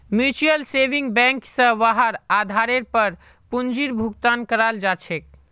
mutual saving bank स वहार आधारेर पर पूंजीर भुगतान कराल जा छेक